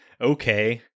Okay